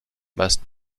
must